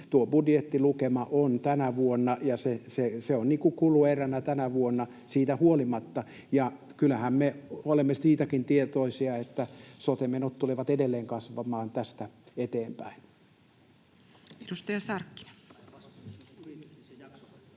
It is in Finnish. budjettilukema on kulueränä tänä vuonna siitä huolimatta. Ja kyllähän me olemme siitäkin tietoisia, että sote-menot tulevat edelleen kasvamaan tästä eteenpäin. Edustaja Sarkkinen.